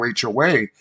HOA